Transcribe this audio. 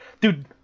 Dude